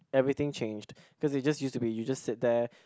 everything changed cause it just used to be you just sit there